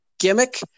gimmick